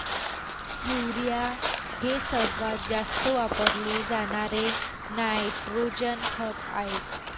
urea हे सर्वात जास्त वापरले जाणारे नायट्रोजन खत आहे